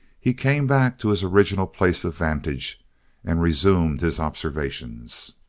he came back to his original place of vantage and resumed his observations.